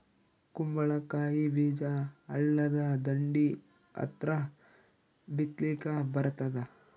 ಕುಂಬಳಕಾಯಿ ಬೀಜ ಹಳ್ಳದ ದಂಡಿ ಹತ್ರಾ ಬಿತ್ಲಿಕ ಬರತಾದ?